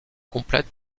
complète